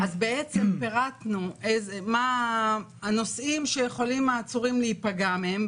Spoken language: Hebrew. פירטנו מה הנושאים שיכולים העצורים להיפגע מהם,